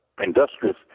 Industrious